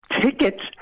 Tickets